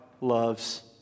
loves